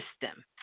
system